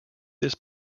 this